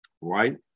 right